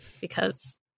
because-